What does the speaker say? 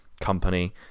company